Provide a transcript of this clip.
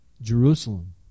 Jerusalem